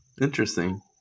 Interesting